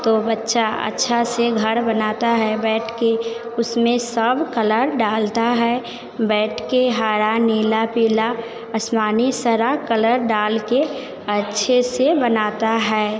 तो बच्चा अच्छा से घर बनाता है बैठकर उसमें सब कलर डालता है बैठकर हरा नीला पीला आसमानी सारे कलर डालकर अच्छे से बनाता है